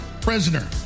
prisoner